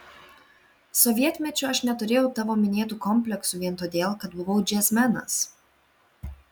sovietmečiu aš neturėjau tavo minėtų kompleksų vien todėl kad buvau džiazmenas